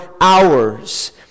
hours